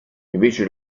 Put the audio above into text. invece